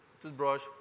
toothbrush